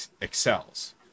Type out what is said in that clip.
excels